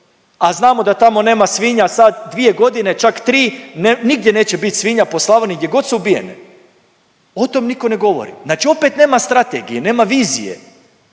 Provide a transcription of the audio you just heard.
A znamo da tamo nema svinja sad dvije godine čak tri nigdje neće bit svinja po Slavoniji gdje god su ubijene. O tom nitko ne govori. Znači opet nema strategije, nema vizije.